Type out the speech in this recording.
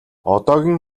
одоогийн